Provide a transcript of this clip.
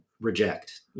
reject